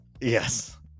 Yes